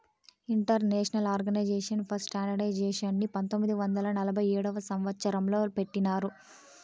international organization for స్టాండర్డయిజేషన్ని పంతొమ్మిది వందల నలభై ఏడవ సంవచ్చరం లో పెట్టినారు